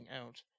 out